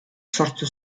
sortu